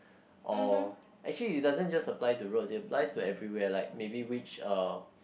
or actually it doesn't just apply to roads its applies to everywhere like maybe which uh